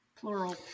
Plural